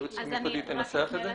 היועצת המשפטית תנסח את זה.